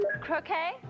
croquet